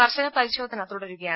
കർശന പരിശോധന തുടരുകയാണ്